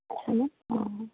অ'